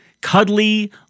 cuddly